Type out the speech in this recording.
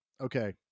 Okay